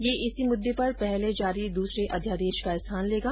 यह इसी मुद्दे पर पहले जारी द्सरे अध्यादेश का स्थान लेगा